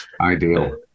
ideal